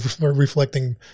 reflecting